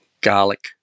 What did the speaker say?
garlic